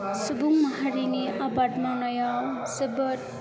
सुबुं माहारिनि आबाद मावनायाव जोबोद